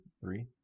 three